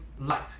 light